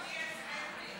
איילת שקד שם.